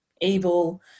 evil